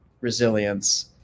resilience